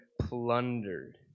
plundered